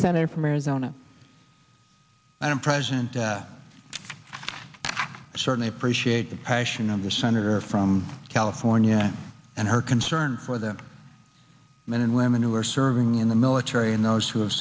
senator from arizona and i'm president i certainly appreciate the passion of the senator from california and her concern for the men and women who are serving in the military and those who have